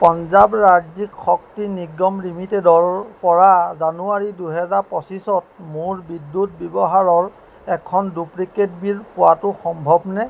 পঞ্জাৱ ৰাজ্যিক শক্তি নিগম লিমিটেডৰ পৰা জানুৱাৰী দুহেজাৰ পঁচিছত মোৰ বিদ্যুৎ ব্যৱহাৰৰ এখন ডুপ্লিকেট বিল পোৱাটো সম্ভৱনে